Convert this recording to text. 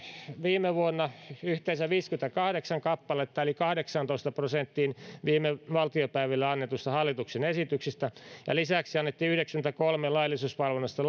viime vuonna yhteensä viisikymmentäkahdeksan kappaletta eli kahdeksaantoista prosenttiin viime valtiopäivillä annetuista hallituksen esityksistä ja lisäksi annettiin yhdeksänkymmentäkolme laillisuusvalvonnallista